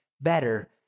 better